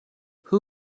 who